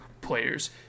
players